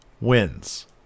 Wins